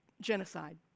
Genocide